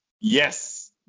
Yes